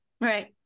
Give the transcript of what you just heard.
Right